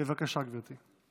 בבקשה, גברתי.